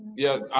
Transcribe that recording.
yeah.